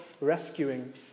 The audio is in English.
rescuing